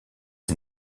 est